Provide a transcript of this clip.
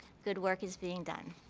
good work is being done.